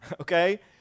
okay